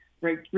Right